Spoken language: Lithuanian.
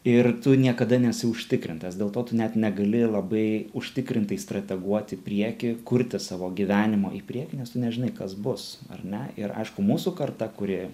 ir tu niekada nesi užtikrintas dėl to tu net negali labai užtikrintai strateguot į priekyje kurti savo gyvenimo į priekį nes tu nežinai kas bus ar ne ir aišku mūsų karta kuri